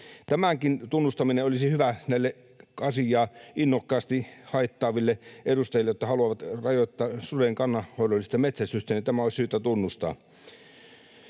Tämänkin tunnustaminen olisi hyvä näille asiaa innokkaasti haittaaville edustajille, jotka haluavat rajoittaa suden kannanhoidollista metsästystä. Tämä on syytä tunnustaa.